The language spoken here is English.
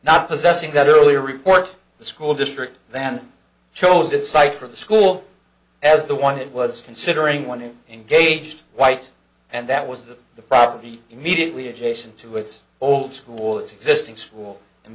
not possessing that earlier report the school district then chose its site for the school as the one it was considering one engaged white and that was that the property immediately adjacent to its old school its existing school